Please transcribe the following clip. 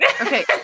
Okay